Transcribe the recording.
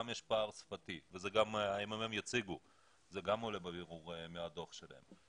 בנוסף לכך גם יש פער שפתי וגם זה עולה מהדוח של מרכז המחקר.